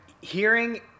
hearing